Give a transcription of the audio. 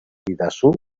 didazu